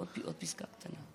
עוד פסקה קטנה.